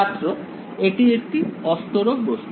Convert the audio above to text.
ছাত্র এটি একটি অস্তরক বস্তু